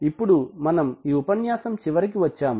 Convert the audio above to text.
ఇప్పుడు మనం ఈ ఉపన్యాసం చివరికి వచ్చాము